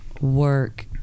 work